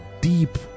deep